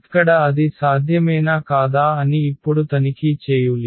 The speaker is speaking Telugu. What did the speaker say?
ఇక్కడ అది సాధ్యమేనా కాదా అని ఇప్పుడు తనిఖీ చేయూలి